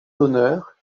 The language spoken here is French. honneurs